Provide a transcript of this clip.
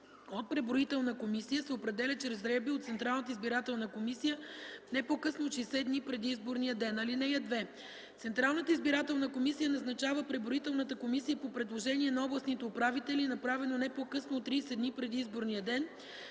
от преброителна комисия, се определя чрез жребий от Централната избирателна комисия не по-късно от 60 дни преди изборния ден. (2) Централната избирателна комисия назначава преброителната комисия по предложение на областните управители, направено не по-късно от 30 дни преди изборния ден,